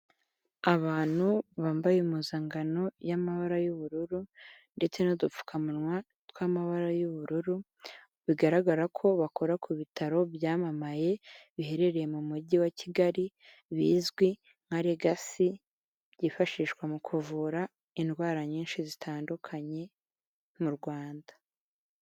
Abantu bambaye impuzangano y'amabara y'ubururu ndetse n'udupfukamunwa tw'amabara y'ubururu, bigaragara ko bakora ku bitaro byamamaye biherereye mu mujyi wa Kigali, bizwi nka Legacy, byifashishwa mu kuvura indwara nyinshi zitandukanye mu Rwanda.